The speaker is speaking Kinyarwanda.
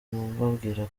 mbabwira